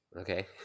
okay